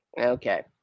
Okay